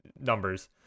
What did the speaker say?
numbers